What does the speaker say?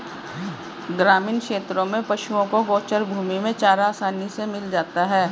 ग्रामीण क्षेत्रों में पशुओं को गोचर भूमि में चारा आसानी से मिल जाता है